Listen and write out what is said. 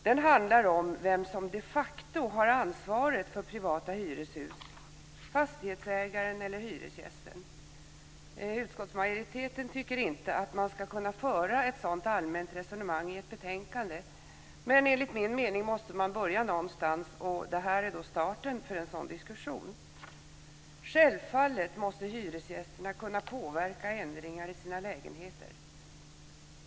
Den handlar om vem som de facto har ansvaret för privata hyreshus, fastighetsägaren eller hyresgästen. Utskottsmajoriteten tycker inte att man ska kunna föra ett sådant allmänt resonemang i ett betänkande, men enligt min mening måste man börja någonstans och det här är starten för en sådan diskussion. Självfallet måste hyresgästerna kunna påverka ändringar i sina lägenheter.